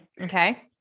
Okay